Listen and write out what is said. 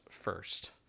first